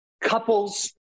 couples